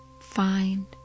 find